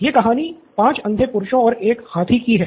यह कहानी 5 अंधे पुरुषों और एक हाथी की है